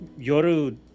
yoru